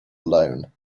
alone